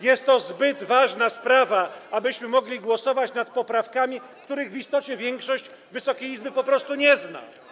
Jest to zbyt ważna sprawa, abyśmy mogli głosować nad poprawkami, których w istocie większość Wysokiej Izby po prostu nie zna.